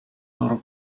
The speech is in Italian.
loro